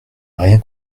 rien